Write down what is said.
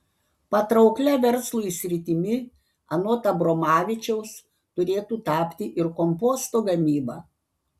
patrauklia verslui sritimi anot abromavičiaus turėtų tapti ir komposto gamyba